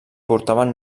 portaven